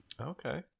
Okay